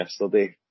yesterday